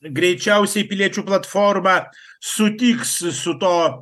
greičiausiai piliečių platforma sutiks su to